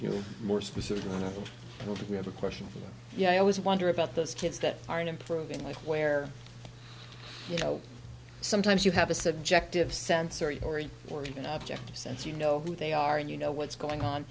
know more specifically you know we have a question for you i always wonder about those kids that aren't improving like where you know sometimes you have a subjective sensory or or even objective sense you know who they are and you know what's going on